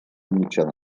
mitjana